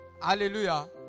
Hallelujah